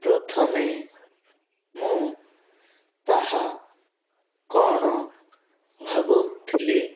ପ୍ରଥମେ ମୁଁ ତାହା କ'ଣ ଭାବୁଥିଲି